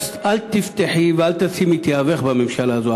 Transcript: אל תבטחי ואל תשימי את יהבך בממשלה הזאת.